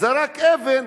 זרק אבן,